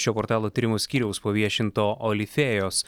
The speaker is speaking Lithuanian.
šio portalo tyrimų skyriaus paviešinto olifėjos